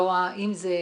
אם זו